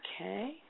Okay